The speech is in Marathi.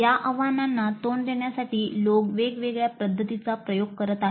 या आव्हानांना तोंड देण्यासाठी लोक वेगवेगळ्या पध्दतींचा प्रयोग करत आहेत